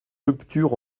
rupture